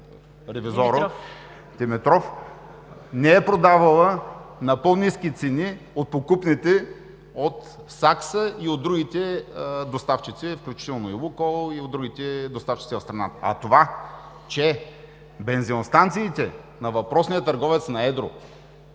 Ревизоро Димитров, не е продавала на по-ниски цени от покупните от „Сакса“ и от другите доставчици, включително „Лукойл“ и другите доставчици в страната. А това, че бензиностанциите на въпросния търговец на едро